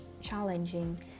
challenging